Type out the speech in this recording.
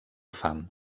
fam